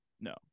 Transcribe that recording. No